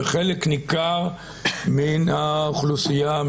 בחלק ניכר מן האוכלוסייה,